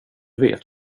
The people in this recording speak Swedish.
vet